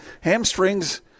hamstrings